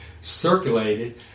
circulated